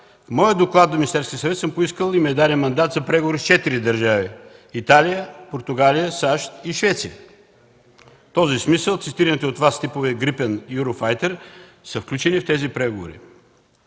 г., с доклада си до Министерския съвет съм поискал и ни е даден мандат за преговори с четири държави – Италия, Португалия, САЩ и Швеция. В този смисъл цитираните от Вас типове „Грипен” и „Юрофайтър” са включени в тези преговори.